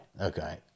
Okay